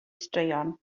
straeon